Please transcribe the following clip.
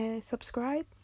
subscribe